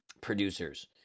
producers